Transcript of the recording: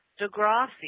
Degrassi